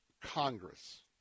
Congress